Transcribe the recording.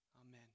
Amen